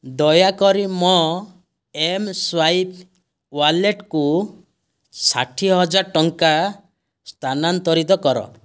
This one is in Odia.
ଦୟାକରି ମୋ ଏମ୍ ସ୍ୱାଇପ୍ ୱାଲେଟ୍କୁ ଷାଠିଏ ହଜାର ଟଙ୍କା ସ୍ଥାନାନ୍ତରିତ କର